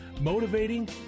motivating